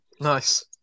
Nice